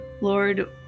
Lord